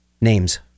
names